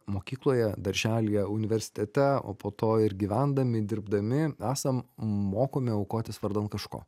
mokykloje darželyje universitete o po to ir gyvendami dirbdami esam mokomi aukotis vardan kažko